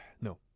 No